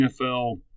NFL